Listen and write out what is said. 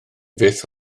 fyth